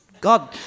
God